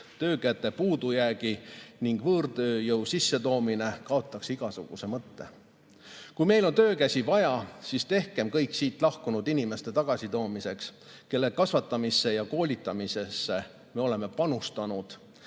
töökäte puudujäägi ning võõrtööjõu sissetoomine kaotaks igasuguse mõtte. Kui meil on töökäsi vaja, siis tehkem kõik siit lahkunud inimeste tagasitoomiseks, kelle kasvatamisse ja koolitamisse me oleme panustanud